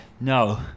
no